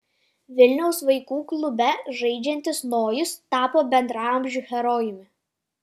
vilniaus vaikų klube žaidžiantis nojus tapo bendraamžių herojumi